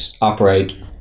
operate